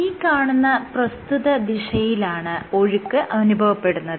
ഈ കാണുന്ന പ്രസ്തുത ദിശയിലാണ് ഒഴുക്ക് അനുഭവപ്പെടുന്നത്